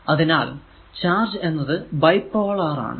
അതിനാൽ ചാർജ് എന്നത് ബൈപോളാർ ആണ്